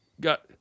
Got